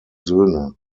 söhne